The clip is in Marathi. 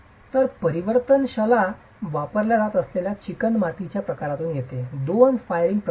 तर परिवर्तनशीलता वापरल्या जात असलेल्या चिकणमातीच्या प्रकारातून येते दोन फायरिंग प्रक्रियेच्या